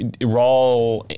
raw